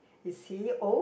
is he old